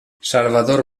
salvador